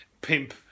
pimp